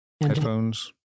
headphones